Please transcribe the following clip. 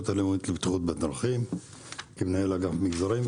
הלאומית לבטיחות בדרכים כמנהל אגף מגזרים,